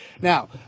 Now